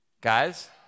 Guys